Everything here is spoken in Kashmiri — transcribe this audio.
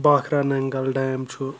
باکھَرانَنٛگَل ڈَیم چھُ